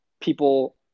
people